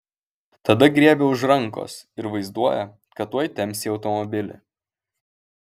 tada griebia už rankos ir vaizduoja kad tuoj temps į automobilį